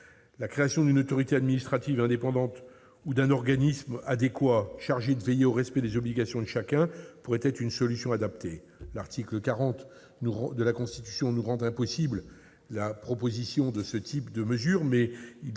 La création d'une autorité administrative indépendante ou d'un organisme adéquat chargé de veiller au respect des obligations de chacun pourrait être une solution adaptée. L'article 40 de la Constitution rend impossible la proposition d'une mesure de ce type, mais il serait